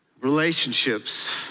Relationships